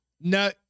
No